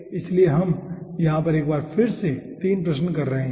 इसलिए हम यहां एक बार फिर से 3 प्रश्न कर रहे हैं